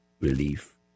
relief